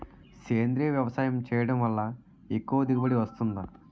సేంద్రీయ వ్యవసాయం చేయడం వల్ల ఎక్కువ దిగుబడి వస్తుందా?